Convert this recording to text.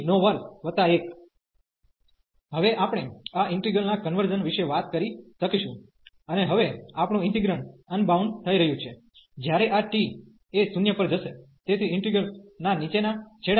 અને હવે આપણું ઇન્ટિગ્રેંડ અનબાઉન્ડ થઈ રહ્યું છે જ્યારે આ t એ 0 પર જશે તેથી ઇન્ટિગ્રલ ના નીચેના છેડામાં